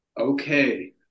Okay